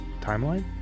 timeline